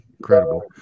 Incredible